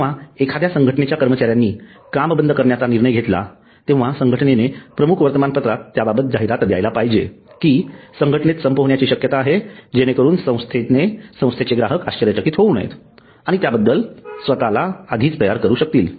जेव्हा एखाद्या संघटनेच्या कर्मचाऱ्यानी काम बंद करण्याचा निर्णय घेतला तेव्हा संघटनेने प्रमुख वर्तमानपत्रात त्याबाबत जाहिरात द्यायला पाहिजे की संघटनेत संप होण्याची शक्यता आहे जेणेकरून संस्थेचे ग्राहक आश्चर्यचकित होऊ नयेत आणि स्वतःला त्याबाबत आधीच तयार करू शकतील